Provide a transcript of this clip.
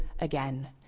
again